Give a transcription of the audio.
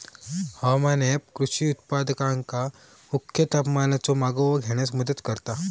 हवामान ऍप कृषी उत्पादकांका मुख्य तापमानाचो मागोवो घेण्यास मदत करता